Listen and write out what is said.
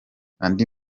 andi